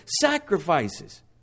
sacrifices